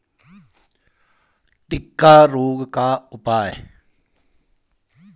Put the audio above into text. टिक्का रोग का उपाय?